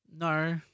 No